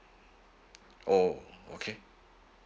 oh okay